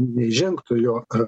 neįžengtų jo a